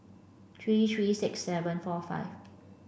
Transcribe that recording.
three three six seven four five